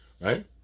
Right